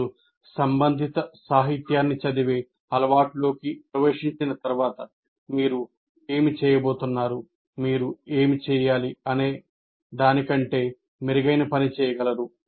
మీరు సంబంధిత సాహిత్యాన్ని చదివే అలవాటులోకి ప్రవేశించిన తర్వాత మీరు ఏమి చేయబోతున్నారు మీరు ఏమి చేయాలి అనేదాని కంటే మెరుగైన పని చేయగలరు